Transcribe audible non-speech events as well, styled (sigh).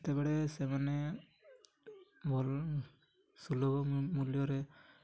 ସେତେବେଳେ ସେମାନେ (unintelligible) ସୁଲଭ ମୂଲ୍ୟରେ